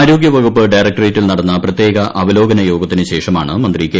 ആരോഗ്യ വകുപ്പ് ഡയറക്ടറേറ്റിൽ നടന്ന പ്രത്യേക അവലോകന യോഗത്തിന്റുശേഷമാണ് മന്ത്രി കെ